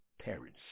parents